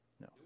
No